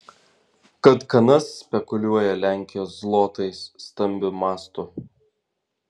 kad kanas spekuliuoja lenkijos zlotais stambiu mastu